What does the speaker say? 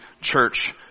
church